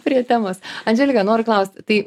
prie temos andželika noriu klaust tai